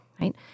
right